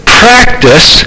practice